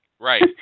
Right